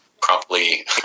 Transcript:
promptly